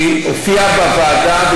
היא הופיעה בוועדה,